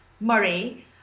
Murray